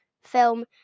film